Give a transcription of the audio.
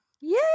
yay